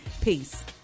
Peace